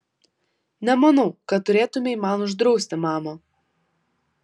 nemanau kad turėtumei man uždrausti mama